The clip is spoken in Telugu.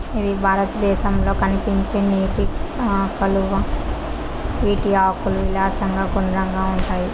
ఇది భారతదేశంలో కనిపించే నీటి కలువ, వీటి ఆకులు విశాలంగా గుండ్రంగా ఉంటాయి